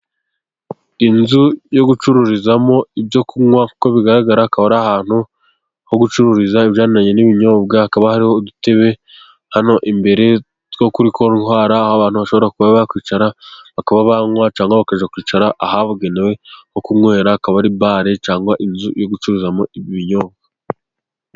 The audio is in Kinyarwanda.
Inzu yo gucururizamo ibyo kunywa, kuko bigaragara akaba ari ahantu ho gucururiza ibijyanye n'ibinyobwa, hakaba hari udutebe, hano imbere two kuri kontwari, abantu bashobora kuba bakwicara bakaba banywa, cyangwa bakajya kwicara ahabugenewe ho kunywera, akaba ari bare cyangwa inzu yo gucururizamo ibinyobwa.